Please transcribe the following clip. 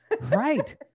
Right